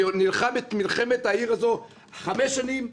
אני נלחם את מלחמת העיר הזו חמש שנים.